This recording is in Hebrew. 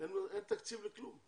אין תקציב לכלום.